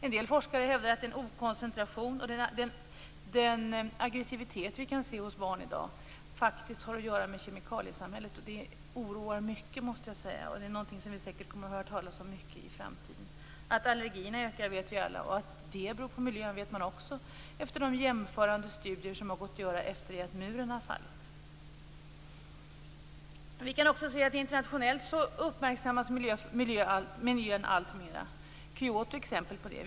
En del forskare hävdar att den okoncentration och den aggressivitet som vi kan se hos barn i dag har att göra med kemikaliesamhället. Det oroar mycket, och det är någonting som vi säkert kommer att få höra talas om mycket i framtiden. Att allergierna ökar vet vi alla och att det beror på miljön vet man också efter de jämförande studier som man har kunnat göra efter det att muren har fallit. Vi kan också se att miljön uppmärksammas alltmer internationellt. Kyoto är ett exempel på det.